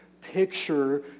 picture